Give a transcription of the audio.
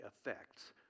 effects